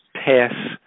Pass